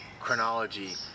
chronology